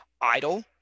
idle